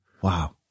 Wow